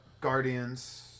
Guardians